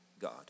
God